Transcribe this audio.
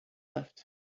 left